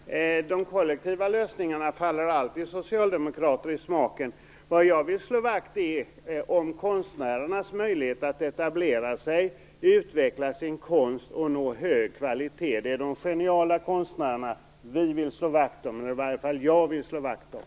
Herr talman! De kollektiva lösningarna faller alltid socialdemokrater i smaken. Vad jag vill slå vakt om är konstnärernas möjlighet att etablera sig, utveckla sin konst och nå hög kvalitet. Det är de geniala konstnärerna vi, eller i varje fall jag, vill slå vakt om.